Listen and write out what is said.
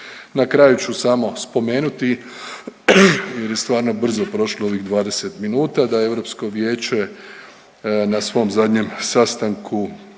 Na kraju ću samo spomenuti jer je stvarno brzo prošlo ovih 20 minuta, da je Europsko vijeće na svom zadnjem sastanku